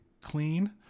clean